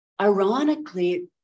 ironically